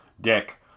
Dick